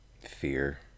Fear